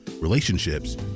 relationships